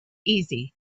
easy